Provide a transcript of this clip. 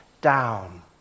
down